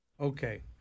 Okay